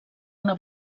una